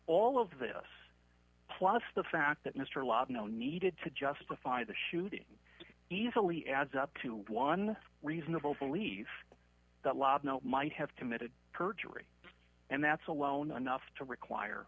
all of this plus the fact that mr lott no needed to justify the shooting easily adds up to one reasonable belief that la belle might have committed perjury and that's alone anough to require